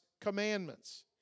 commandments